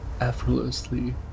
effortlessly